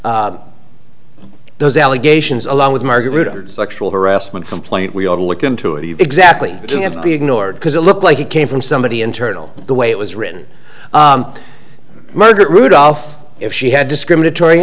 those allegations along with margaret are sexual harassment complaint we all look into it exactly and be ignored because it looked like it came from somebody internal the way it was written margaret rudolf if she had discriminatory